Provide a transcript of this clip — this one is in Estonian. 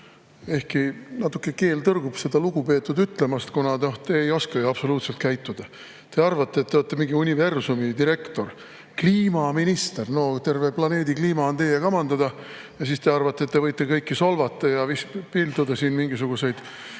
Ehkki keel natuke tõrgub seda "lugupeetud" ütlemast, kuna te ei oska absoluutselt käituda. Te arvate, et te olete mingi universumi direktor – kliimaminister! No terve planeedi kliima on teie kamandada ja siis te arvate, et te võite kõiki solvata ja pilduda siin mingisuguseid